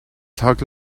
tag